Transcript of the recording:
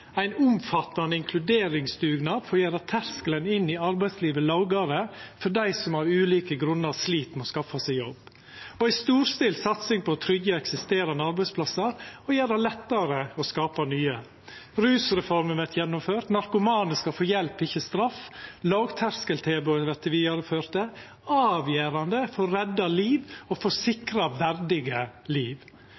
ein omfattande inkluderingsdugnad for å gjera terskelen inn i arbeidslivet lågare for dei som av ulike grunnar slit med å skaffa seg jobb. Det er ei storstilt satsing på å tryggja eksisterande arbeidsplassar og gjera det lettare å skapa nye. Rusreforma vert gjennomført – narkomane skal få hjelp, ikkje straff. Lågteskeltilbod vert vidareførte – avgjerande for å redda liv og